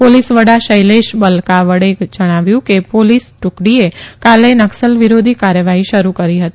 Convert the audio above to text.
ૌોલીસ વડા શૈલેષ બલકાવડેએ જણાવ્યું કે ૌોલિસ ટુકડીએ કાલે નકસલવિરોધી કાર્યવાહી શરૂ કરી હતી